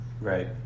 Right